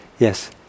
Yes